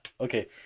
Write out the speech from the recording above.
Okay